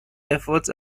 efforts